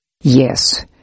Yes